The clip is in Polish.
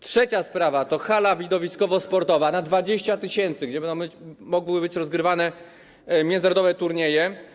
Trzecia sprawa to hala widowiskowo-sportowa na 20 tys. osób, gdzie będą mogły być rozgrywane międzynarodowe turnieje.